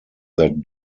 that